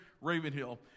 Ravenhill